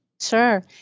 Sure